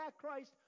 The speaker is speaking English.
Christ